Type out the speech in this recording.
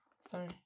Sorry